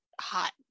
hot